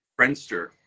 Friendster